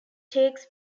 takes